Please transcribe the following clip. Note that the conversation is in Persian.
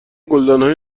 گلدانهای